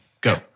Go